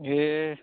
ए